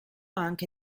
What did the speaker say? anche